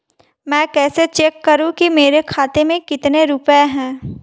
मैं कैसे चेक करूं कि मेरे खाते में कितने रुपए हैं?